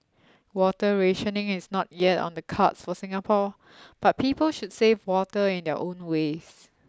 water rationing is not yet on the cards for Singapore but people should save water in their own ways